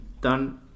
done